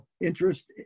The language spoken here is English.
interest